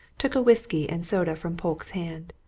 took a whisky-and-soda from polke's hand.